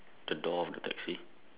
the door of the taxi